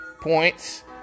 points